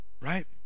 right